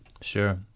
Sure